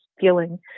feeling